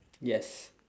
yes